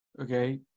okay